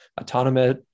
autonomous